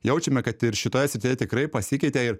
jaučiame kad ir šitoje srityje tikrai pasikeitė i